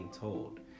told